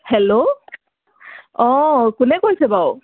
hello অঁ কোনে কৈছে বাৰু